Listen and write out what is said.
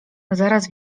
zaraz